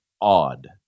odd